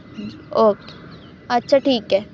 okay ਅੱਛਾ ਠੀਕ ਹੈ